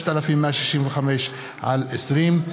פ/3165/20.